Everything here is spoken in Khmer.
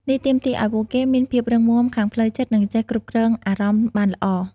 នេះទាមទារឲ្យពួកគេមានភាពរឹងមាំខាងផ្លូវចិត្ត និងចេះគ្រប់គ្រងអារម្មណ៍បានល្អ។